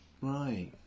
right